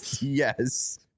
Yes